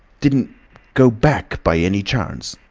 didn't go back by any chance?